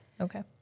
Okay